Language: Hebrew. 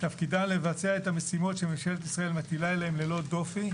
תפקידם לבצע את המשימות שממשלת ישראל מטילה עליהם ללא דופי,